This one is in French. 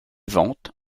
ventes